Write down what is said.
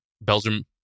Belgium